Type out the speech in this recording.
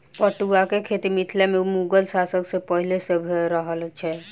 पटुआक खेती मिथिला मे मुगल शासन सॅ पहिले सॅ भ रहल छै